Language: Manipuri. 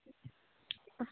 ꯑꯁ